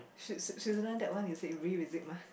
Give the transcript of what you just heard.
that one should revisit mah